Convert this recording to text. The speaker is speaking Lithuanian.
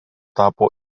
tapo